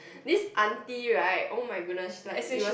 this auntie right oh my goodness she's like it was